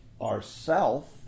ourself